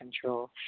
control